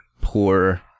poor